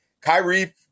Kyrie